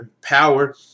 power